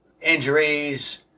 Injuries